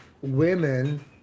women